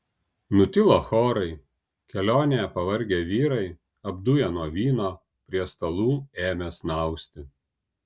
nutilo chorai kelionėje pavargę vyrai apduję nuo vyno prie stalų ėmė snausti